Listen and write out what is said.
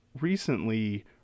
recently